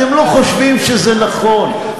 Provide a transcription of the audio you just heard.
אתם לא חושבים שזה נכון,